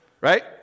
Right